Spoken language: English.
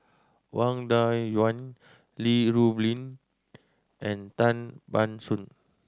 Wang Dayuan Li Rulin and Tan Ban Soon